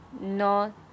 no